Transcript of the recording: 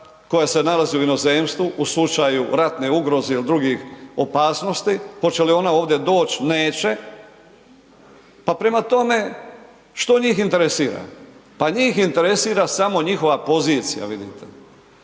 koja se nalazi u inozemstvu u slučaju ratne ugroze ili drugih opasnosti, hoće li ona ovdje doći, neće, pa prema tome što njih interesira, pa njih interesira samo njihova pozicija vidite.